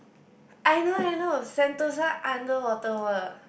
I know I know Sentosa underwater world